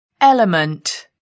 element